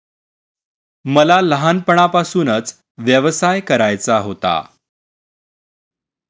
मला लहानपणापासूनच व्यवसाय करायचा होता